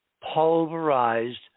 pulverized